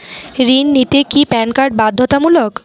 ঋণ নিতে কি প্যান কার্ড বাধ্যতামূলক?